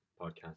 podcast